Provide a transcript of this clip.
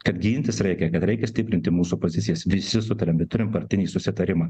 kad gintis reikia kad reikia stiprinti mūsų pozicijas visi sutariam bet turim partinį susitarimą